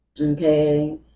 okay